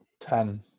Ten